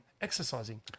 exercising